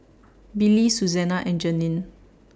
Billye Suzanna and Janeen